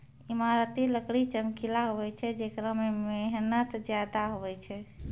ईमारती लकड़ी चमकिला हुवै छै जेकरा मे मेहनत ज्यादा हुवै छै